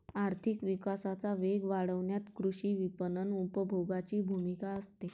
आर्थिक विकासाचा वेग वाढवण्यात कृषी विपणन उपभोगाची भूमिका असते